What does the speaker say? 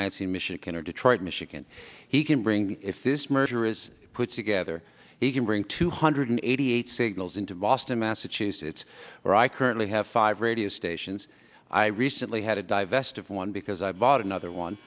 lansing michigan or detroit michigan he can bring if this merger is put together he can bring two hundred eighty eight signals into boston massachusetts where i currently have five radio stations i recently had to divest of one because i bought another one